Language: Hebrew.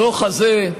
הדוח הזה,